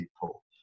people